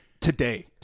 today